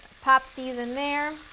pop these in there.